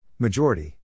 Majority